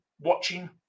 watching